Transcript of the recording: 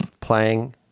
playing –